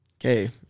Okay